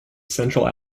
central